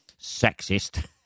sexist